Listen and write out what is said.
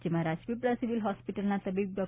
જેમાં રાજપીપળા સિવિલ હોસ્પિટલના તબીબ ડો